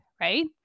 right